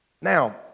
Now